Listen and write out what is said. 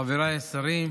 חבריי השרים,